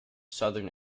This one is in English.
southern